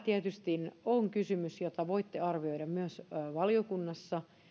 tietysti on kysymys jota voitte arvioida myös valiokunnassa